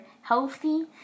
healthy